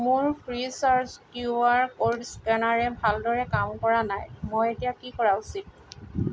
মোৰ Freecharge Q R code স্কেনাৰে ভালদৰে কাম কৰা নাই মই এতিয়া কি কৰা উচিত